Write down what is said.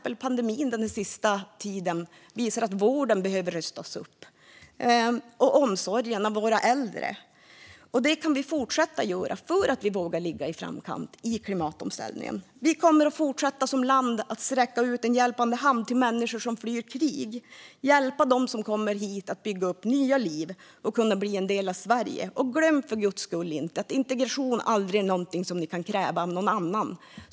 Men pandemin har också visat att vården behöver rustas upp. Det gäller även omsorgen om våra äldre. Det kan vi fortsätta göra, eftersom vi vågar ligga i framkant i klimatomställningen. Vi kommer att fortsätta som land att sträcka ut en hjälpande hand till människor som flyr krig, hjälpa dem som kommer hit att bygga upp nya liv och bli en del av Sverige. Och glöm för guds skull inte att integration aldrig är något som man kan kräva av någon annan!